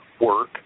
work